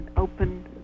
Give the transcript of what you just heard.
open